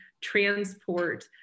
transport